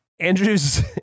Andrew's